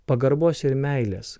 pagarbos ir meilės